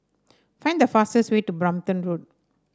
find the fastest way to Brompton Road